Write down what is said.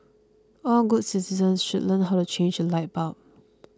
all good citizens should learn how to change a light bulb